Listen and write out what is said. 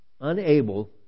unable